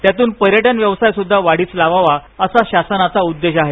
त्यातून पर्यटन व्यवसायही वाढीस लावावा असा शासनाचा उद्देश आहे